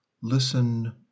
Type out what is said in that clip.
listen